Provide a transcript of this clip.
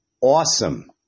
awesome